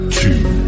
two